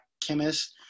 chemist